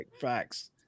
facts